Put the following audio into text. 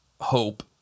Hope